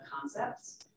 concepts